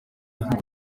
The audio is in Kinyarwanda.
nk’uko